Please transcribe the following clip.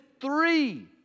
three